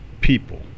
people